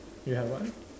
you have what